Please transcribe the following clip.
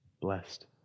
blessed